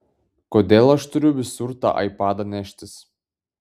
kodėl aš turiu visur tą aipadą neštis